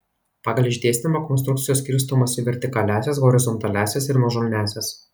pagal išdėstymą konstrukcijos skirstomos į vertikaliąsias horizontaliąsias ir nuožulniąsias